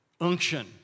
unction